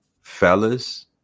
fellas